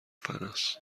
فناس